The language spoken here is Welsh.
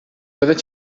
byddet